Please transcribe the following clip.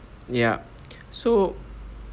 yup so